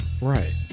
Right